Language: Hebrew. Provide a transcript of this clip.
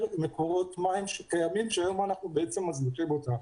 מקורות מים שקיימים שכיום אנחנו מזניחים אותם.